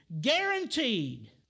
Guaranteed